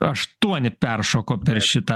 aštuoni peršoko per šitą